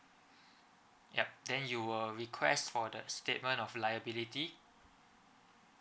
yup then you will request for the statement of liability